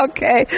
Okay